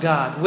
God